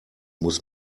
muss